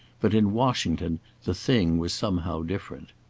but in washington the thing was somehow different.